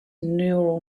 neural